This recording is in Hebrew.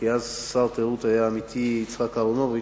כי אז שר התיירות היה עמיתי יצחק אהרונוביץ,